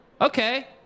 Okay